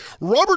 Robert